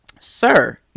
Sir